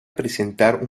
presentar